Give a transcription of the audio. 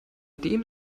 dem